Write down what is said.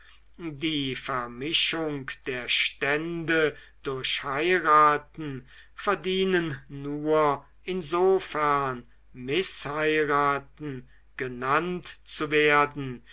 die vermischung der stände durch heiraten verdienen nur insofern mißheiraten genannt zu werden